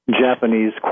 Japanese